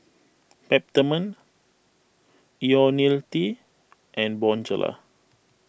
Peptamen Ionil T and Bonjela